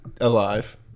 Alive